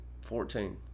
fourteen